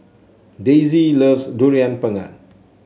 Daisye loves Durian Pengat